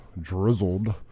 drizzled